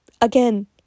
Again